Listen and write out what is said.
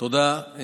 תודה.